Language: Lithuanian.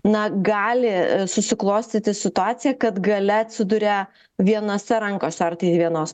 na gali susiklostyti situacija kad galia atsiduria vienose rankose ar tai vienos